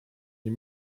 nie